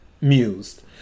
mused